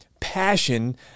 Passion